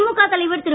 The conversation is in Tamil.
திமுக தலைவர் திரு